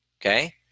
okay